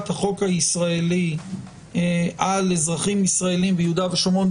החוק הישראלי על אזרחים ישראלים ביהודה ושומרון,